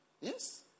Yes